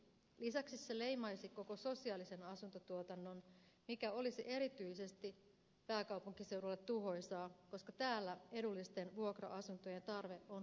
lisäksi se leimaisi koko sosiaalisen asuntotuotannon mikä olisi erityisesti pääkaupunkiseudulle tuhoisaa koska täällä edullisten vuokra asuntojen tarve on huutava